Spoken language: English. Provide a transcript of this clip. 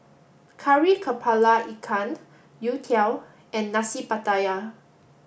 Kari Kepala Ikan youtiao and Nasi Pattaya